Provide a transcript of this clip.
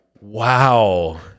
wow